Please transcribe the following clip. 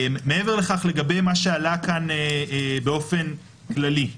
מעבר לכך לגבי מה שעלה כאן באופן כללי,